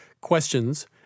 questions